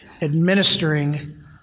administering